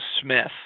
Smith